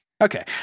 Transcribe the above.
Okay